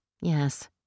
yes